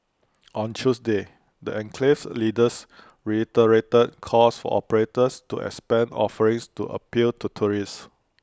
on Tuesday the enclave's leaders reiterated calls for operators to expand offerings to appeal to tourists